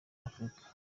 afurika